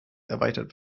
erweitert